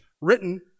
written